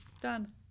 done